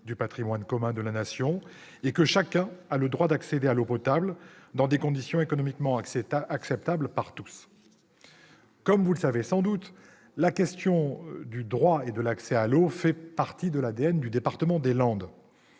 du patrimoine commun de la Nation », et que chacun « a le droit d'accéder à l'eau potable dans des conditions économiquement acceptables par tous ». Comme vous le savez sans doute, les questions du droit et de l'accès à l'eau font partie de l'ADN du département des Landes.